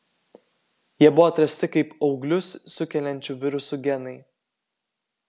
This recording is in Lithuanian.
jie buvo atrasti kaip auglius sukeliančių virusų genai